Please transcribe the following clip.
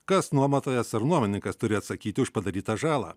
kas nuomotojas ar nuominikas turi atsakyti už padarytą žalą